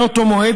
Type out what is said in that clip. מאותו מועד,